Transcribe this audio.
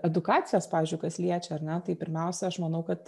edukacijas pavyzdžiui kas liečia ar ne tai pirmiausia aš manau kad